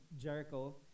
Jericho